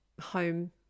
home